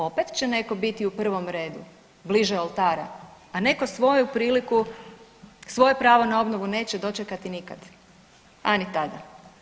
Opet će netko biti u prvom redu, bliže oltara, a neko svoju priliku, svoje pravo na obnovu neće dočekati nikad, a ni tada.